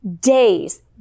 days